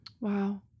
Wow